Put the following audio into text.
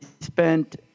spent